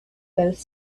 both